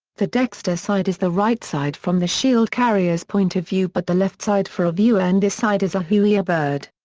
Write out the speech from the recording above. the dexter side is the right side from the shield carrier's point of view but the left side for a viewer and this side has a huia bird.